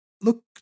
look